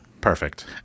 Perfect